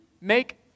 make